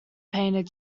painted